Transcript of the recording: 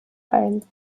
ein